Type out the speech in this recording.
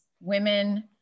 women